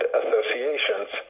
associations